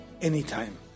anytime